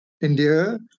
India